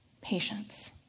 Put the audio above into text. Patience